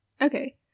Okay